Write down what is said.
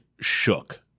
shook